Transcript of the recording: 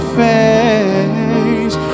face